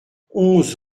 onze